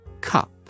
Cup